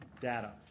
data